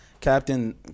Captain